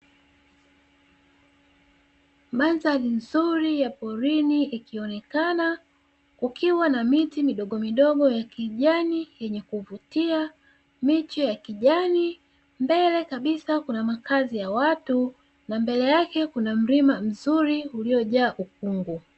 Mandhari nzuri ya porini ikionekana kukiwa na miti midogomidogo ya kijani yenye kuvutia, miche ya kijani mbele kabisa kuna makazi ya watu, na mbele yake kuna mlima mzuri uliojaa ukungu.